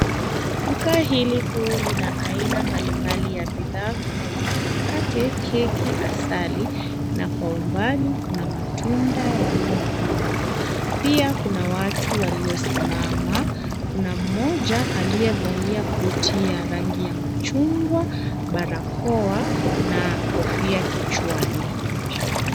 Duka hili kuu lina aina mbalimbali ya bidhaa kama vile mkate, keki, asali, na kwa umbali kuna matunda yaliyopangwa. Pia kuna watu waliosimama, kuna mmoja aliyevalia korti ya rangi ya machungwa, barakoa na kofia kichwani.